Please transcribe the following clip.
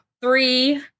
three